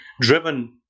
driven